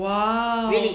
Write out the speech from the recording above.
!wow!